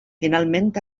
finalment